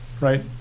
Right